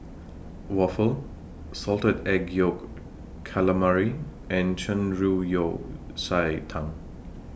Waffle Salted Egg Yolk Calamari and Shan Rui Yao Cai Tang